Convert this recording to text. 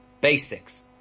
basics